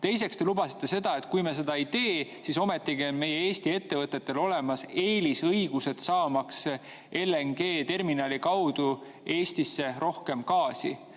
Teiseks te lubasite seda, et kui me seda ei tee, siis ometigi on meie Eesti ettevõtetel olemas eelisõigused saamaks LNG-terminali kaudu Eestisse rohkem gaasi.